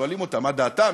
שואלים אותם מה דעתם,